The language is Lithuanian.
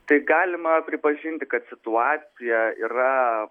tai galima pripažinti kad situacija yra